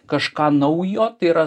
kažką naujo tai yra